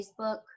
facebook